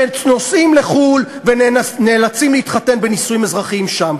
שנוסעים לחו"ל ונאלצים להתחתן בנישואים אזרחיים שם.